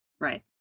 Right